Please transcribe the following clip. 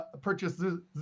purchases